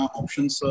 options